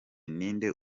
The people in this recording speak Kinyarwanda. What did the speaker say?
ninde